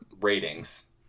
ratings